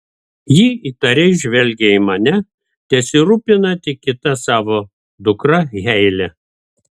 ji įtariai žvelgia į mane tesirūpina tik kita savo dukra heile